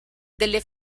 delle